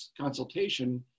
Consultation